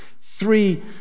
three